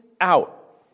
out